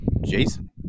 Jason